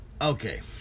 okay